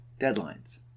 deadlines